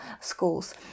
schools